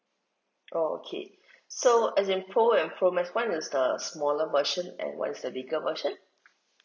okay so as in pro and pro max one is the smaller version and one is the bigger version